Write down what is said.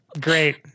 Great